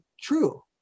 true